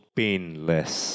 painless